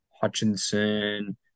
Hutchinson